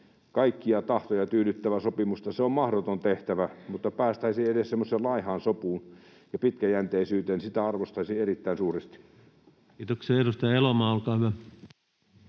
kaikkia tahtoja tyydyttävä sopimus on mahdoton tehtävä, mutta päästäisiin edes semmoiseen laihaan sopuun ja pitkäjänteisyyteen. Sitä arvostaisin erittäin suuresti. [Speech 59] Speaker: